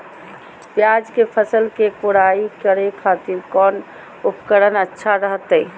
प्याज के फसल के कोढ़ाई करे खातिर कौन उपकरण अच्छा रहतय?